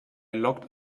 locked